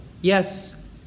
Yes